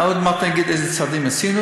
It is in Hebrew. עוד מעט אני אגיד איזה צעדים עשינו,